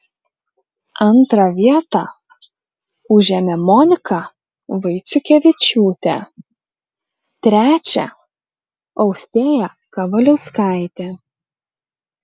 antrą vietą užėmė monika vaiciukevičiūtė trečią austėja kavaliauskaitė